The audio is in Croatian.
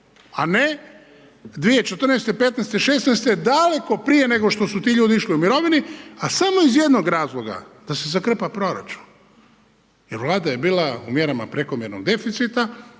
a ne 2014., 2015., 2016. daleko prije nego što su ti ljudi išli u mirovinu a samo iz jednog razloga, da se zakrpa proračun jer vladaj e bila u mjerama prekomjernog deficita